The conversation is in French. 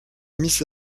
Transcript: mis